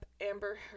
Amber